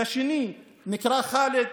לשני נקרא חאלד.